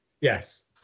Yes